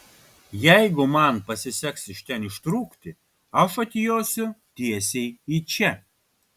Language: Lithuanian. jeigu man pasiseks iš ten ištrūkti aš atjosiu tiesiai į čia